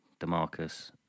DeMarcus